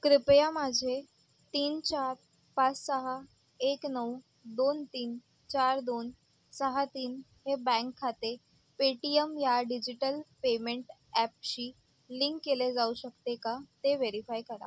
कृपया माझे तीन चार पाच सहा एक नऊ दोन तीन चार दोन सहा तीन हे बँक खाते पेटीयम ह्या डिजिटल पेमेंट ॲपशी लिंक केले जाऊ शकते का ते व्हेरीफाय करा